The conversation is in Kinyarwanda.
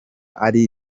ari